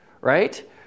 right